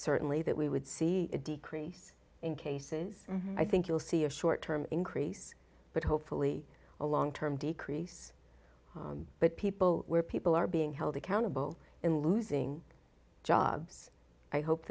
certainly that we would see a decrease in cases i think you'll see a short term increase but hopefully a long term decrease but people where people are being held accountable and losing jobs i hope